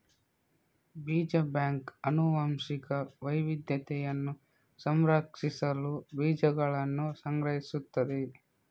ಬೀಜ ಬ್ಯಾಂಕ್ ಆನುವಂಶಿಕ ವೈವಿಧ್ಯತೆಯನ್ನು ಸಂರಕ್ಷಿಸಲು ಬೀಜಗಳನ್ನು ಸಂಗ್ರಹಿಸುತ್ತದೆ